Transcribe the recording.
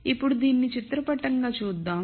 ఇప్పుడు దీనిని చిత్రపటంగా చూద్దాం